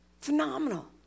Phenomenal